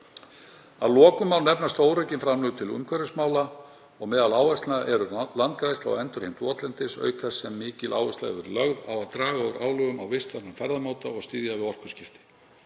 Að lokum má nefna stóraukin framlög til umhverfismála. Meðal áherslna eru landgræðsla og endurheimt votlendis auk þess sem mikil áhersla hefur verið lögð á að draga úr álögum á vistvænan ferðamáta og styðja við orkuskipti.